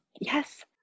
yes